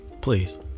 Please